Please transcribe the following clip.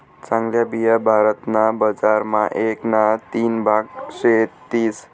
चांगल्या बिया भारत ना बजार मा एक ना तीन भाग सेतीस